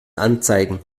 anzeigen